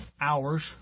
hours